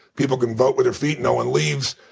people can vote with their feet. no one leaves.